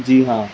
جی ہاں